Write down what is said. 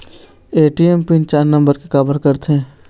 ATM PIN चार number के काबर करथे?